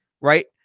right